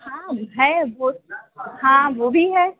हाँ है वो हाँ वो भी है